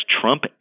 Trump